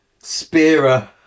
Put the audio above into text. Spearer